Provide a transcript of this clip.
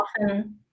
often